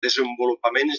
desenvolupaments